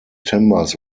timbers